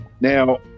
Now